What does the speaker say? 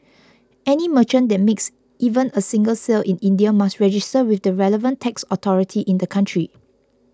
any merchant that makes even a single sale in India must register with the relevant tax authority in the country